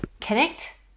connect